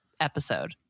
episode